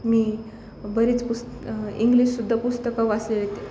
मी बरीच पुस् इंग्लिशसुद्धा पुस्तकं वाचले आहेत